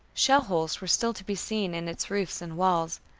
shell holes were still to be seen in its roofs and walls.